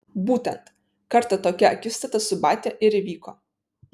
būtent kartą tokia akistata su batia ir įvyko